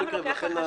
כן,